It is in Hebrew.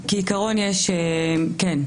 כן.